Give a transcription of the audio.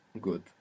Good